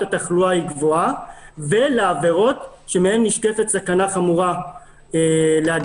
התחלואה גבוהה ולעבירות שמהן נשקפת סכנה חמורה להדבקה,